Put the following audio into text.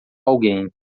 alguém